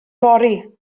fory